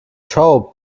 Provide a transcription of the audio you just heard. show